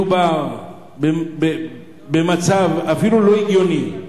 מדובר אפילו במצב לא הגיוני,